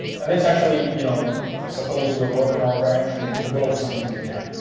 and let's actually you know suppose we're working our branch. we broke something again